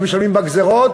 הם משלמים בגזירות.